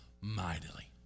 mightily